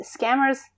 scammers